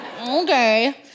Okay